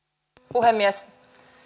puhemies